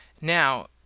Now